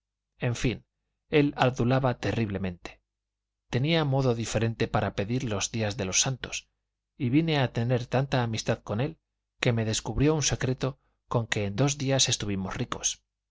en fin él adulaba terriblemente tenía modo diferente para pedir los días de los santos y vine a tener tanta amistad con él que me descubrió un secreto con que en dos días estuvimos ricos